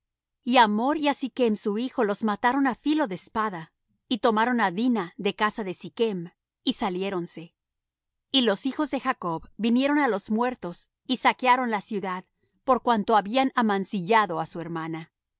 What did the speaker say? y á hamor y á sichm su hijo los mataron á filo de espada y tomaron á dina de casa de sichm y saliéronse y los hijos de jacob vinieron á los muertos y saquearon la ciudad por cuanto habían amancillado á su hermana